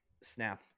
snap